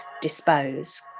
dispose